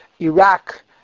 Iraq